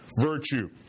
virtue